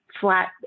flat